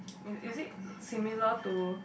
is is it similar to